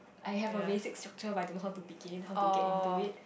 I have a basic structure but I don't know how to begin how to get into it